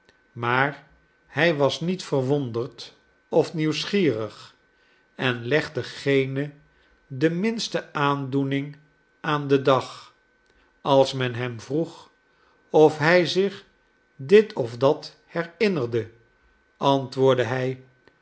maar hij was niet verwonderd of nieuwsgierig en legde geene de minste aandoening aan den dag als men hem vroeg of hij zich dit of dat herinnerde antwoordde hij